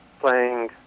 playing